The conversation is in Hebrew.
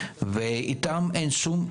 ואיתם אין שום,